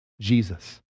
Jesus